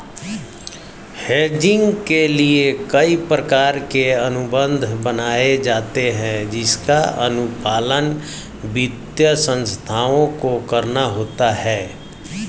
hedging के लिए कई प्रकार के अनुबंध बनाए जाते हैं जिसका अनुपालन वित्तीय संस्थाओं को करना होता है